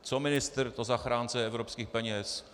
Co ministr, to zachránce evropských peněz.